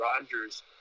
Rodgers